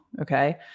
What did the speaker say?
Okay